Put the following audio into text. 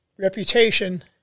reputation